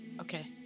okay